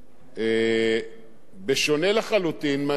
שונה לחלוטין מהדיון שמתקיים פה, בהצעת החוק הזאת.